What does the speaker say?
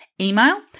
email